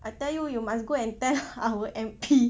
I tell you you must go and tell our M_P